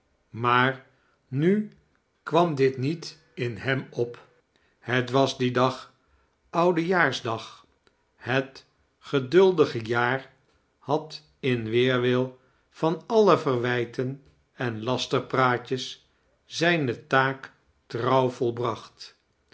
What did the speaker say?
maar nu kwam dit niet in hem op het was dien dag oudejaarsdag het geduldige jaar had in weerwil van alle verwijten en lasterpraatjes zijne taak trouw volbracht